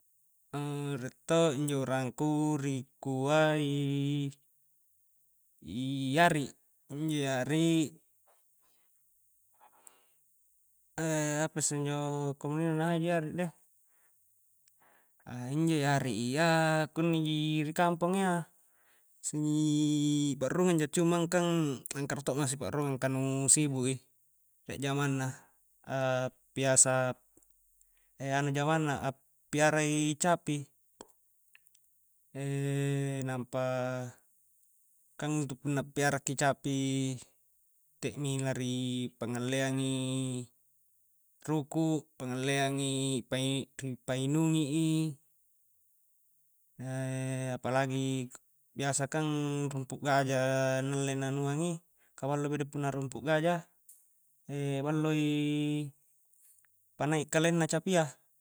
rie to injo urangku ri kua i ari, injo i ari apa isse injo na haju kamuninna na haju i ari deh, a injo i ari iya kunni ji ri kamponga iya sii pa'rurungang ja cuma kang langkara to ma si pa'rurungang ka nu sibu' i rie jamanna biasa anu jamanna a'piara i capi, nampa kang intu punna a'piara ki capi nte'mi la ri pangngalleang i ruku' pangalleang i pai-ri painungi i apalagi biasa kang rumpu'gaja na alle na anuang i ka ballo bede' punna rumpu gaja ballo i panai kalenna capia.